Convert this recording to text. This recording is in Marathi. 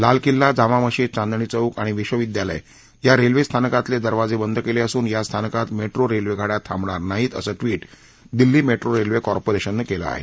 लाल किल्ला जामा मशीद चांदणी चौक आणि विश्वविद्यालय या रेल्वे स्थानकातले दरवाजे बंद केले असून या स्थानकात मेट्रो रेल्वेगाड्या थांबणार नाहीत असं िकीशिदेल्ली मेट्रो रेल्वे कॉर्पोरेशननं केलं आहे